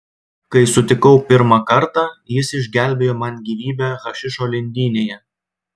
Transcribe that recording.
kai sutikau pirmą kartą jis išgelbėjo man gyvybę hašišo lindynėje